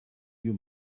you